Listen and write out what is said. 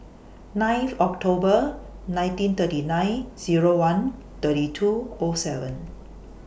ninth October nineteen thirty nine Zero one thirty two O seven